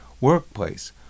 Workplace